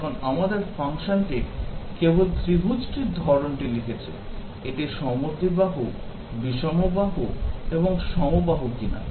এখন আমাদের ফাংশনটি কেবল ত্রিভুজটির ধরণটি লিখেছে এটি সমদ্বিবাহু বিষমবাহু এবং সমবাহু কিনা